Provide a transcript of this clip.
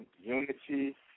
Unity